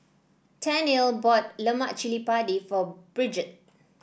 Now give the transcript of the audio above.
Tennille bought Lemak Cili Padi for Bridgette